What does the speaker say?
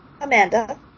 Amanda